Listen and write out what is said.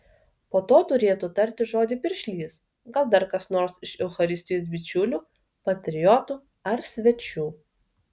po to turėtų tarti žodį piršlys gal dar kas nors iš eucharistijos bičiulių patriotų ar svečių